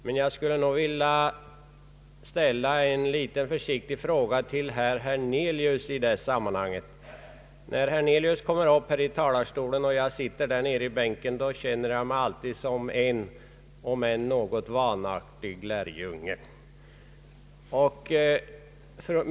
Men jag skulle vilja ställa en försiktig fråga till herr Hernelius i detta sammanhang. När herr Hernelius går upp i talarstolen och jag sitter där nere i bänken, känner jag mig alltid som en — möjligen något vanartig — lärjunge.